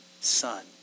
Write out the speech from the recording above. son